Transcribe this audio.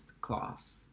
class